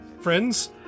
friends